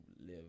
live